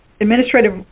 administrative